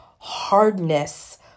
hardness